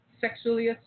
sexually